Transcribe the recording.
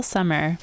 Summer